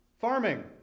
farming